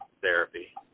therapy